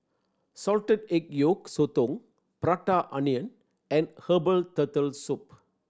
salted egg yolk sotong Prata Onion and herbal Turtle Soup